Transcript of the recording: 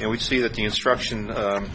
and we see that the instruction